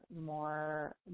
more